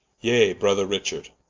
yea, brother richard,